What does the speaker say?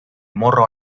morro